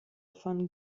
von